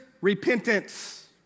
repentance